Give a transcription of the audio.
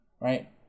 Right